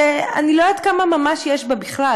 שאני לא יודעת כמה ממש יש בה בכלל,